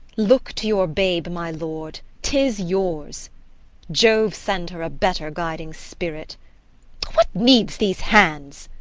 look to your babe, my lord tis yours jove send her a better guiding spirit what needs these hands?